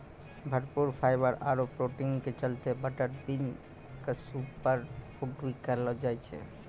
भरपूर फाइवर आरो प्रोटीन के चलतॅ बटर बीन क सूपर फूड भी कहलो जाय छै